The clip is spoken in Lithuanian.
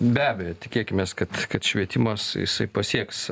be abejo tikėkimės kad kad švietimas jisai pasieks